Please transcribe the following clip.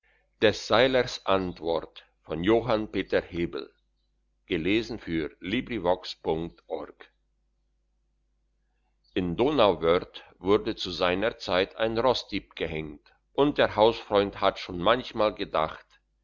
des seilers antwort in donauwörth wurde zu seiner zeit ein rossdieb gehenkt und der hausfreund hat schon manchmal gedacht